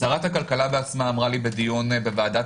שרת הכלכלה בעצמה אמרה לי בדיון בוועדת